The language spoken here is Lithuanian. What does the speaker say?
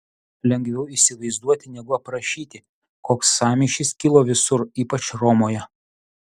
lengviau įsivaizduoti negu aprašyti koks sąmyšis kilo visur ypač romoje